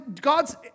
God's